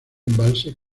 embalse